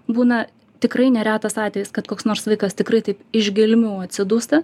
būna tikrai neretas atvejis kad koks nors vaikas tikrai taip iš gelmių atsidūsta